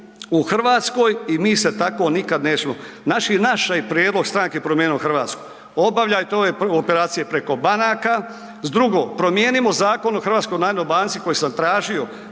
u Hrvatskoj i mi se tako nikada nećemo. Znači naš je prijedlog stranke Promijenimo Hrvatsku, obavljajte ove operacije preko banaka. Drugo, promijenimo Zakon o HNB-u koji sam tražio,